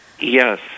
Yes